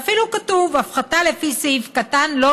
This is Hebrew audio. ואפילו כתוב: "הפחתה לפי סעיף קטן (ב) לא